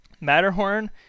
Matterhorn